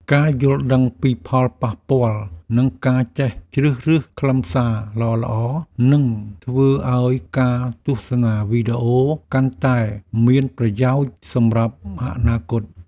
ការយល់ដឹងពីផលប៉ះពាល់និងការចេះជ្រើសរើសខ្លឹមសារល្អៗនឹងធ្វើឱ្យការទស្សនាវីដេអូកាន់តែមានប្រយោជន៍សម្រាប់អនាគត។